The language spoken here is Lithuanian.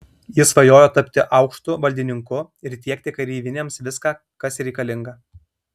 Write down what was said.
jis svajojo tapti aukštu valdininku ir tiekti kareivinėms viską kas reikalinga